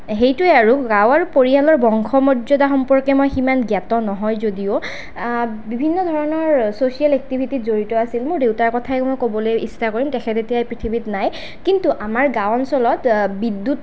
সেইটোয়েই আৰু গাঁও আৰু পৰিয়ালৰ বংশ মৰ্যদা সম্পৰ্কে মই সিমান জ্ঞাত নহয় যদিও বিভিন্ন ধৰণৰ ছ'চিয়েল এক্টিভিটিত জড়িত আছিল মোৰ দেউতাৰ কথাই মই ক'বলৈ ইচ্ছা কৰিম তেখেত এতিয়া পৃথিৱীত নাই কিন্তু আমাৰ গাঁও অঞ্চলত বিদ্যুত